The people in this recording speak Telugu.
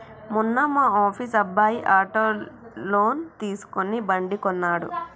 మొన్న మా ఆఫీస్ అబ్బాయి ఆటో లోన్ తీసుకుని బండి కొన్నడు